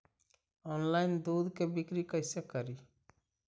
Online दुध के बिक्री कैसे करि?